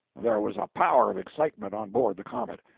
there was a power of excitement on board the comet.